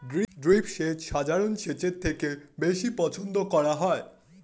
drip সেচ সাধারণ সেচের থেকে বেশি পছন্দ করা হয়